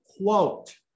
quote